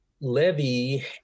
Levy